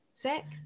Zach